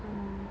ah